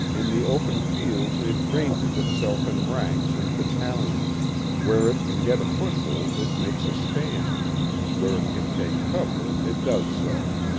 in the open field it ranges itself in ranks and battalions where it can get a foothold it makes a stand where it can take cover it does so.